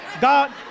God